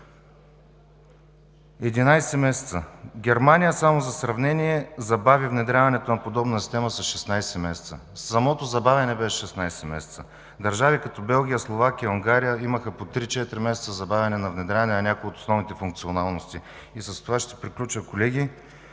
месеца. Само за сравнение – Германия забави внедряването на подобна система със 16 месеца. Самото забавяне беше 16 месеца. Държави като Белгия, Словакия, Унгария имаха по три-четири месеца забавяне внедряването на някои от основните функционалности. С това ще приключа, колеги.